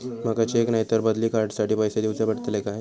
माका चेक नाय तर बदली कार्ड साठी पैसे दीवचे पडतले काय?